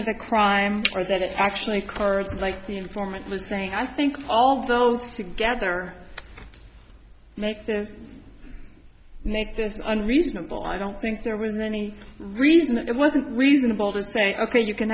of the crime or that it actually occurred like the informant was saying i think all those together make this make this unreasonable i don't think there was any reason that it wasn't reasonable to say ok you can